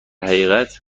حقیقت